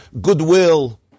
goodwill